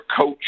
coach